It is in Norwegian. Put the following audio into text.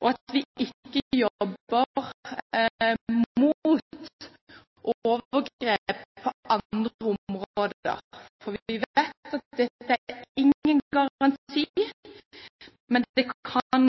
og at vi ikke jobber mot overgrep på andre områder. For vi vet at dette ikke er noen garanti; det kan